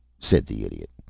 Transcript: said the idiot.